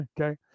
Okay